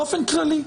באופן כללי.